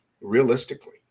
realistically